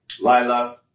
Lila